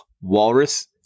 Walrus